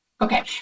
Okay